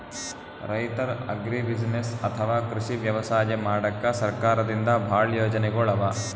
ರೈತರ್ ಅಗ್ರಿಬುಸಿನೆಸ್ಸ್ ಅಥವಾ ಕೃಷಿ ವ್ಯವಸಾಯ ಮಾಡಕ್ಕಾ ಸರ್ಕಾರದಿಂದಾ ಭಾಳ್ ಯೋಜನೆಗೊಳ್ ಅವಾ